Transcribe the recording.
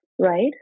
right